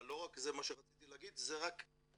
אבל לא רק זה מה שרציתי להגיד, זה רק "נישה"